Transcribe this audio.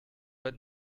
but